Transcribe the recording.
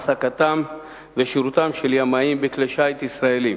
העסקתם ושירותם של ימאים בכלי שיט ישראליים,